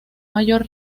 mayor